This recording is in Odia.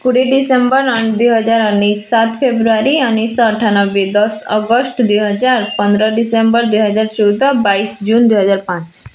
କୋଡ଼ିଏ ଡିସେମ୍ବର ଦୁଇହଜାର ଉଣେଇଶି ସାତ ଫେବୃୟାରୀ ଉଣେଇଶିଶହ ଅଠାନବେ ଦଶ ଅଗଷ୍ଟ ଦୁଇହଜାର ପନ୍ଦର ଡିସେମ୍ବର ଦୁଇହଜାର ଚଉଦ ବାଇଶି ଜୁନ୍ ଦୁଇ ହଜାର ପାଞ୍ଚ